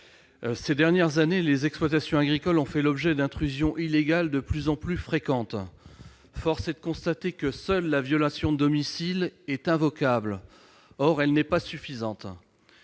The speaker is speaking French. Ces dernières années, les exploitations agricoles ont subi des intrusions illégales de plus en plus fréquentes. Force est de constater que seule la violation de domicile est invocable. Or celle-ci n'est pas suffisante.